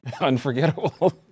Unforgettable